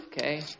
okay